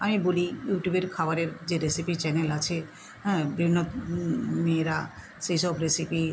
আমি বলি ইউটিউবের খাওয়ারের যে রেসিপি চ্যানেল আছে হ্যাঁ বিভিন্ন মেয়েরা সেই সব রেসিপি